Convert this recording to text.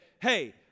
hey